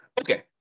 Okay